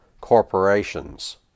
corporations